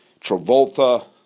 Travolta